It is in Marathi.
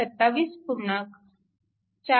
42 8 W